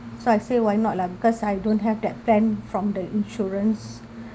so I say why not lah because I don't have that plan from the insurance